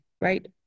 right